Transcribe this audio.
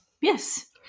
Yes